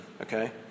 Okay